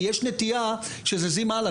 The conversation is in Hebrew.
כי יש נטייה שזזים הלאה.